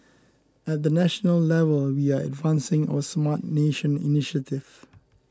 at the national level we are advancing our Smart Nation initiative